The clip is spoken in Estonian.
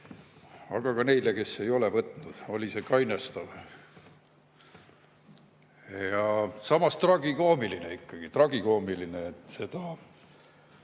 Aga ka neile, kes ei ole võtnud, oli see kainestav. Ja samas tragikoomiline ikkagi. Tragikoomiline, et seda